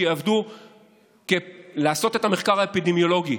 שיעבדו לעשות את המחקר האפידמיולוגי.